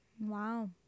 Wow